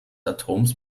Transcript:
atoms